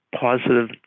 positive